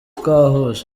twahuje